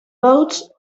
votes